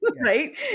right